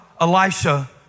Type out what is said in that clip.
Elisha